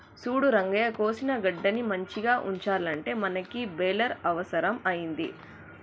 సూడు రంగయ్య కోసిన గడ్డిని మంచిగ ఉంచాలంటే మనకి బెలర్ అవుసరం అయింది